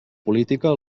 política